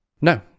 No